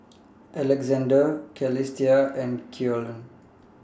Alexander Celestia and Keion